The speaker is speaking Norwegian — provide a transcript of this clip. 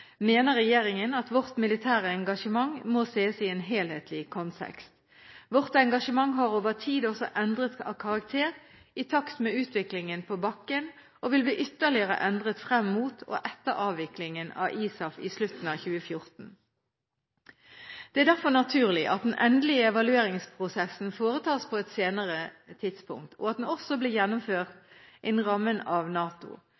mener regjeringen at vårt militære engasjement må ses i en helhetlig kontekst. Vårt engasjement har over tid også endret karakter i takt med utviklingen på bakken og vil bli ytterligere endret frem mot – og etter – avviklingen av ISAF i slutten av 2014. Det er derfor naturlig at den endelige evalueringsprosessen foretas på et senere tidspunkt, og at den også blir gjennomført innenfor rammen av NATO.